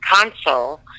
console